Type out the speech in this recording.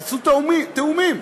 תעשו תיאומים.